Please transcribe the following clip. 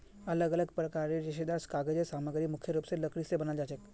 अलग अलग प्रकारेर रेशेदार कागज़ेर सामग्री मुख्य रूप स लकड़ी स बनाल जाछेक